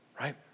Right